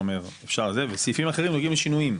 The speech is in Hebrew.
וסעיפים אחרים נוגעים לשינויים,